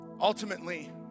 Ultimately